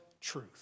Truth